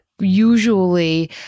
usually